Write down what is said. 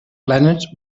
planet